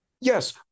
Yes